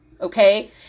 Okay